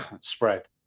spread